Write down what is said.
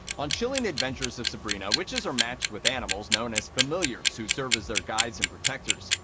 on chilling adventures of sabrina, witches are matched with animals known as familiars who serve as their guides and protectors.